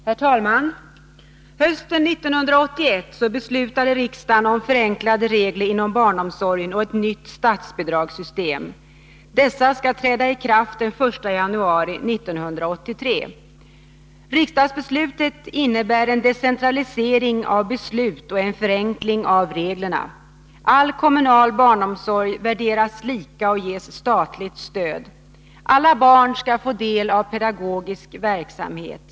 Herr talman! Hösten 1981 beslutade riksdagen om förenklade regler inom barnomsorgen och ett nytt statsbidragssystem. Ikraftträdandet sker den 1 januari 1983. Riksdagsbeslutet innebär en decentralisering av beslut och, som sagt, en förenkling av reglerna. All kommunal barnomsorg värderas lika och ges statligt stöd. Alla barn skall få del av pedagogisk verksamhet.